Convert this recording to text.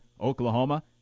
Oklahoma